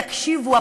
תקשיבו,